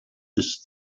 ist